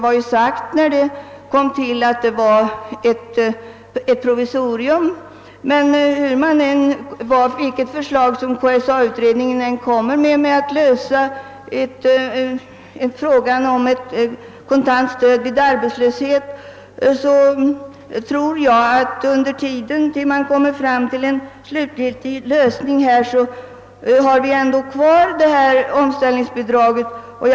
Det sades när detta kom till att det var ett provisorium. Vilket förslag KSA-utredningen än lägger fram för att lösa frågan om ett kontant stöd vid arbetslöshet har vi ändå under tiden tills man når en slutgiltig lösning omställningsbidraget kvar.